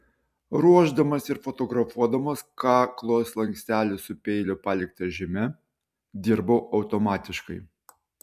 ruošdamas ir fotografuodamas kaklo slankstelį su peilio palikta žyme dirbau automatiškai